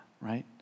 right